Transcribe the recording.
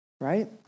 right